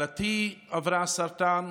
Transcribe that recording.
כלתי עברה סרטן,